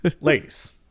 Ladies